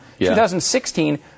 2016